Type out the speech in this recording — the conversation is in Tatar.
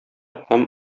һәм